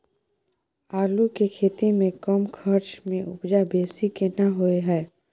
आलू के खेती में कम खर्च में उपजा बेसी केना होय है?